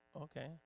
Okay